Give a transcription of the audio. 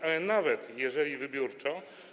Ale nawet jeżeli wybiórczo.